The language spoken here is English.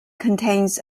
contains